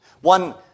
one